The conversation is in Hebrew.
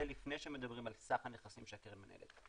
זה לפני שמדברים על סך הנכסים שהקרן מנהלת.